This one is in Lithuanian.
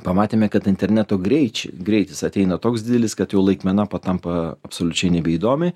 pamatėme kad interneto greič greitis ateina toks didelis kad jau laikmena patampa absoliučiai nebeįdomi